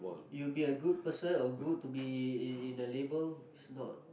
it will be a good person or good to be in in a label if not